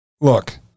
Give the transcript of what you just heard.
Look